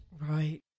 Right